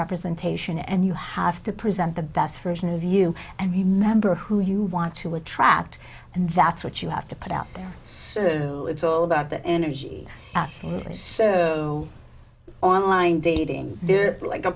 representation and you have to present the best version of you and your member who you want to attract and that's what you have to put out there so it's all about the energy so online dating like